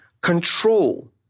control